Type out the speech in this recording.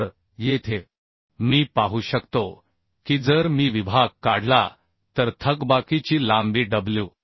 तर येथे मी पाहू शकतो की जर मी विभाग काढला तर थकबाकीची लांबी डब्ल्यू